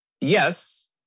yes